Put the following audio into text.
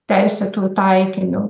teisėtu taikiniu